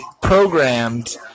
programmed